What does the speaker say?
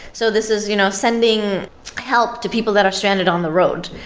so this is you know sending help to people that are stranded on the road.